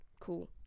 Cool